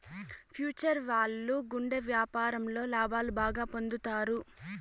future value గుండా వ్యాపారంలో లాభాలు బాగా పొందుతారు